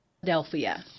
Philadelphia